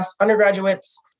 undergraduates